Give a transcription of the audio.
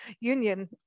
union